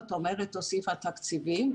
זאת אומרת הוסיפה תקציבים.